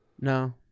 No